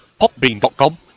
Popbean.com